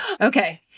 Okay